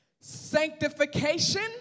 Sanctification